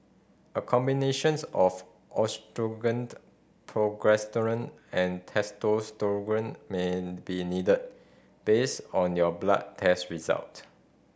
a combinations of progesterone and testosterone may be needed based on your blood test result